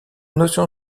notion